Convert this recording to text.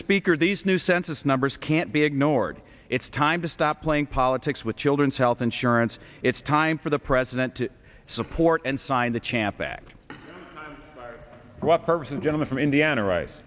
speaker these new census numbers can't be ignored it's time to stop playing politics with children's health insurance it's time for the president to support and sign the champ act what purpose and gentleman from indiana right